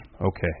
Okay